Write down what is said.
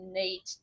need